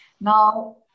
Now